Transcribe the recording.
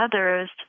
others